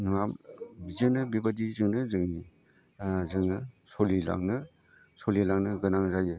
न'आ बेजोंनो बेबादिजोंनो जोंनि जोङो सोलिलांनो गोनां जायो